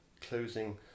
closing